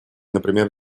например